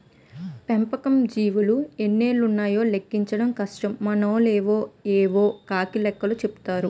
పెంపకం జీవులు ఎన్నున్నాయో లెక్కించడం కష్టం మనోళ్లు యేవో కాకి లెక్కలు చెపుతారు